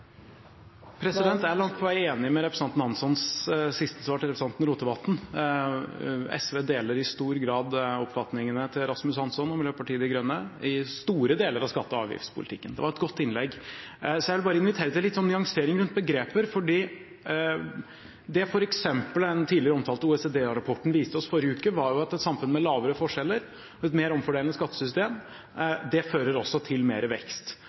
Hanssons siste svar til representanten Rotevatn. SV deler i stor grad oppfatningene til Rasmus Hansson og Miljøpartiet De Grønne i store deler av skatte- og avgiftspolitikken. Det var et godt innlegg. Jeg vil bare invitere til litt nyansering rundt begreper, for det f.eks. den tidligere omtalte OECD-rapporten viste oss i forrige uke, var at et samfunn med mindre forskjeller og et mer omfordelende skattesystem også fører til mer vekst.